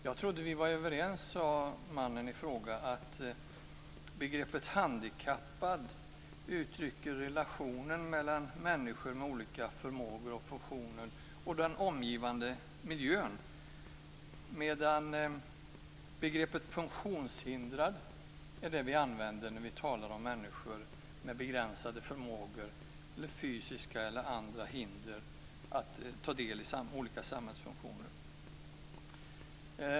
Jag trodde, sade mannen i fråga, att vi var överens om att begreppet handikappad uttrycker en relation mellan människor med olika förmågor och funktioner samt den omgivande miljön, medan begreppet funktionshindrad är det som vi använder när vi talar om människor med begränsade förmågor eller fysiska eller andra hinder när det gäller att ta del i olika samhällsfunktioner.